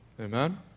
Amen